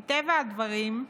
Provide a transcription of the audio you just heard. מטבע הדברים,